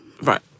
Right